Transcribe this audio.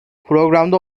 programda